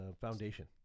foundation